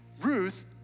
Ruth